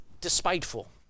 despiteful